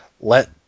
let